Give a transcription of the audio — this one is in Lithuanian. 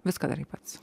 viską darai pats